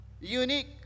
Unique